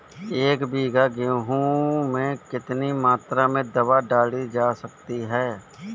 एक बीघा गेहूँ में कितनी मात्रा में दवा डाली जा सकती है?